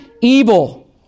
evil